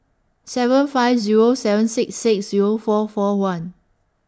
seven five Zero seven six six Zero four four one